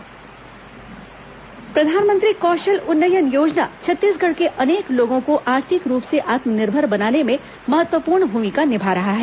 ground report Rajnandgaon कौशल उन्नयन प्रधानमंत्री कौशल उन्नयन योजना छत्तीसगढ़ के अनेक लोगों को आर्थिक रूप से आत्मनिर्भर बनाने में महत्वपूर्ण भूमिका निभा रहा है